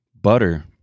butter